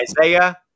Isaiah